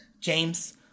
James